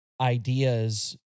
ideas